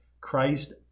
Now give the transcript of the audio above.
Christ